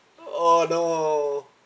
oh no